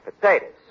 potatoes